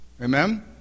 Amen